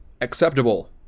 acceptable